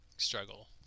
struggle